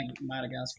Madagascar